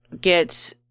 get